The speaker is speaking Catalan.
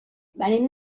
venim